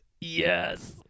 Yes